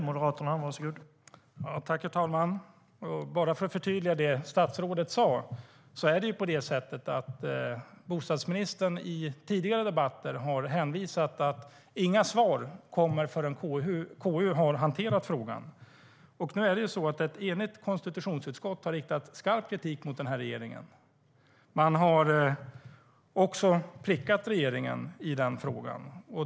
Herr talman! Bara för att förtydliga det statsrådet sa ska jag säga: Det är på det sättet att bostadsministern i tidigare debatter har hänvisat till att inga svar kommer förrän KU har hanterat frågan. Nu har ett enigt konstitutionsutskott riktat skarp kritik mot regeringen. Man har också prickat regeringen i den frågan.